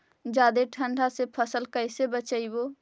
जादे ठंडा से फसल कैसे बचइबै?